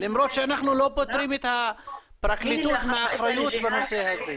למרות שאנחנו לא פוטרים את הפרקליטות מהאחריות בנושא הזה.